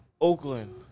Oakland